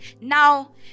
now